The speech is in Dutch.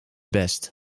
best